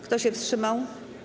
Kto się wstrzymał?